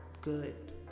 good